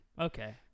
Okay